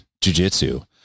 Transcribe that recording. jujitsu